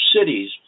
cities